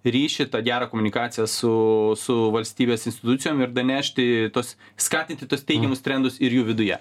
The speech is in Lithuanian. ryšį tą gerą komunikaciją su valstybės institucijom ir danešti tuos skatinti tuos teigiamus trendus ir jų viduje